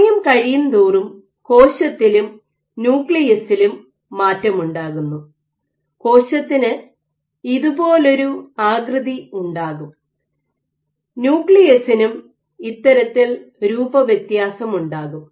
സമയം കഴിയുന്തോറും കോശത്തിലും ന്യൂക്ലിയസിലും മാറ്റമുണ്ടാകുന്നു കോശത്തിന് ഇതുപോലൊരു ആകൃതി ഉണ്ടാകും ന്യൂക്ലിയസിനും ഇത്തരത്തിൽ രൂപ വ്യത്യാസമുണ്ടാകും